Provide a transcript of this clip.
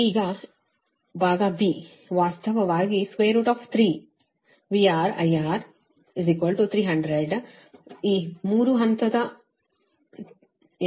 ಈಗ ಭಾಗ ವಾಸ್ತವವಾಗಿ 3 VR IR 300 ಈ 3 ಹಂತದ MVA